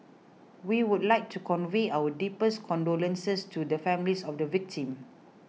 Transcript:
we would like to convey our deepest condolences to the families of the victims